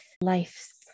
life's